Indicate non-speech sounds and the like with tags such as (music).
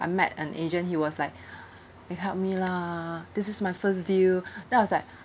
I met an agent he was like (breath) eh help me lah this is my first deal then I was like (breath)